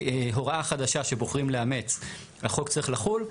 הוראה חדשה שבוחרים לאמץ החוק צריך לחול,